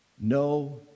no